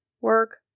work